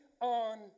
on